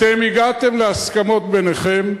אתם הגעתם להסכמות ביניכם,